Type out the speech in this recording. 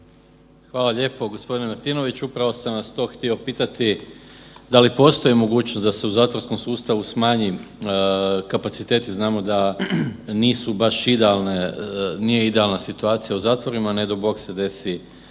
Hvala lijepo. Gospodine Martinoviću, upravo sam vas to htio pitati, da li postoji mogućnost da se u zatvorskom sustavu smanji kapaciteti, znamo da nije baš idealna situacija u zavorima, ne dao Bog se desi